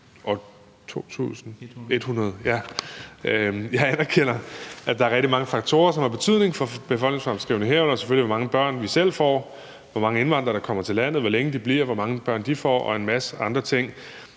Jeg anerkender, at der er rigtig mange faktorer, som har betydning for befolkningsfremskrivningen, herunder selvfølgelig hvor mange børn vi selv får, hvor mange indvandrere der kommer til landet, hvor længe de bliver, hvor mange børn de får og en masse andre ting.